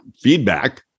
feedback